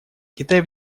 китай